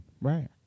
right